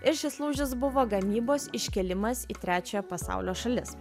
ir šis lūžis buvo gamybos iškėlimas į trečiojo pasaulio šalis